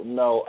no